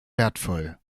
wertvoll